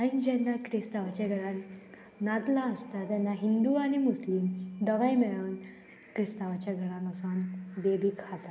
आनी जेन्ना क्रिस्तांवाच्या घरान नातलां आसता तेन्ना हिंदू आनी मुस्लीम दोगांय मेळून क्रिस्तांवाच्या घरान वसोन बेबींक खाता